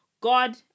God